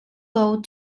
old